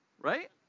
Right